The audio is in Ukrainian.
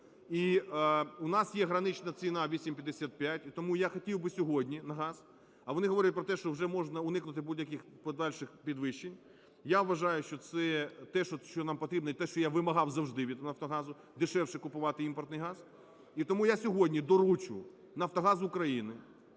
У нас є гранична ціна – 8,55. Тому я хотів би сьогодні… На газ. А вони говорять про те, що вже можна уникнути будь-яких подальших підвищень. Я вважаю, що це те, що нам потрібно, і те, що я вимагав завжди від "Нафтогазу" – дешевше купувати імпортний газ. І тому я сьогодні доручу "Нафтогазу України",